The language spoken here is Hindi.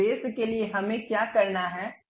उस उद्देश्य के लिए हमें क्या करना है